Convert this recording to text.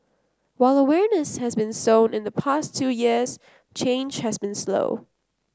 while awareness has been sown in the past two years change has been slow